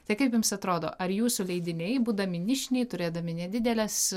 tai kaip jums atrodo ar jūsų leidiniai būdami nišiniai turėdami nedideles